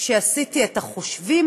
שעשיתי את החושבים,